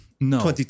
No